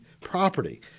property